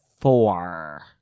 four